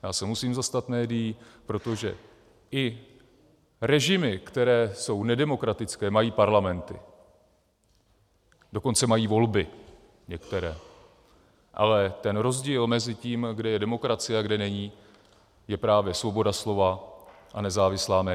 Já se musím zastat médií, protože i režimy, které jsou nedemokratické, mají parlamenty, dokonce mají volby, některé, ale rozdíl mezi tím, kde je demokracie a kde není, je právě svoboda slova a nezávislá média.